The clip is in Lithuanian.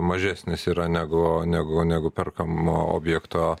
mažesnis yra negu negu negu perkamo objekto